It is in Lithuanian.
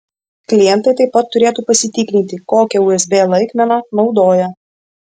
klientai taip pat turėtų pasitikrinti kokią usb laikmeną naudoja